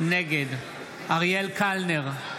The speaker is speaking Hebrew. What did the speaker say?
נגד אריאל קלנר,